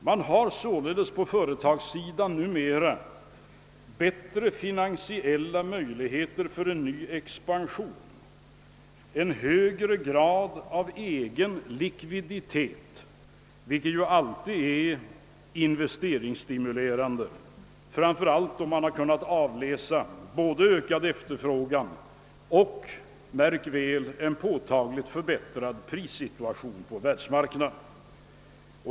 Man har således på företagssidan numera bättre finansiella möjligheter för en ny expansion, en högre grad av egen likviditet, vilket alltid är investeringsstimulerande, särskilt som man har kunnat avläsa både en ökad efterfrågan och, märk väl, en påtagligt förbättrad prissituation på världsmarknaden.